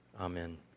Amen